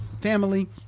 family